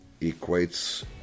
equates